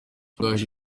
rugaju